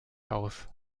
aus